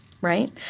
right